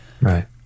Right